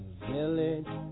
village